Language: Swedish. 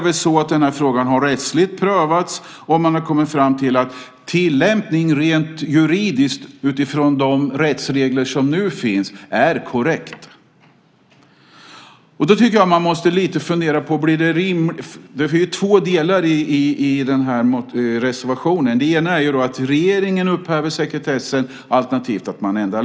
Frågan har prövats rättsligt, och man har kommit fram till att tillämpningen rent juridiskt, utifrån de rättsregler som nu finns, är korrekt. Det finns två delar i reservationen, att regeringen upphäver sekretessen eller att lagen ändras.